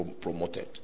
promoted